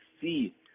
see